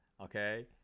okay